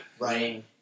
right